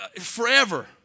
forever